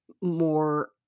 more